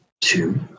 two